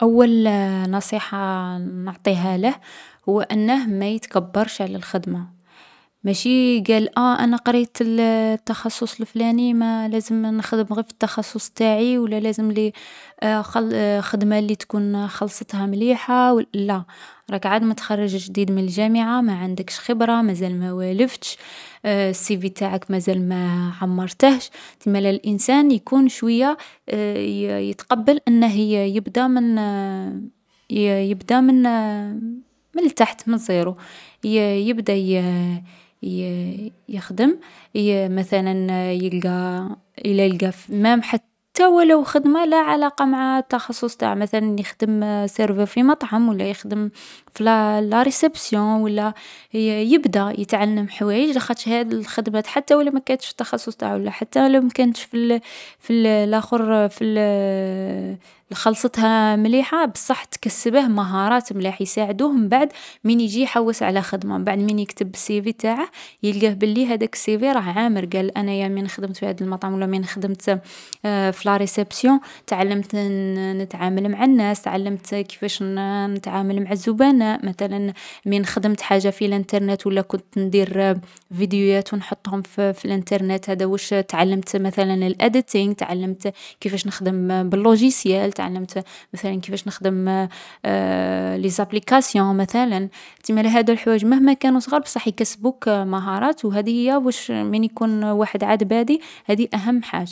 أول نصيحة نعطيها له هو أنه ما يتكبرش على الخدمة. ماشي قال آه أنا قريت التخصص الفلاني مالا لازم نخدم غي في التخصص تاعي و لا لازملي خدمة لي تكون خلصتها مليحة. لا، راك عاد متخرج من الجامعة ما عندكش خبرة مازال ما والفتش، السيفي نتاعك مازال ما عمرتهش، تسمالا الانسان يبدا من تحت. و كل خدمة راح تخدمها راح تعلمك حوايج بزاف يساعدوك حتى في حياتك العادية ماشي في الخدمة برك، و تعرفك على ناس و بلايص جدد.